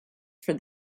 for